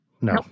No